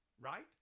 Right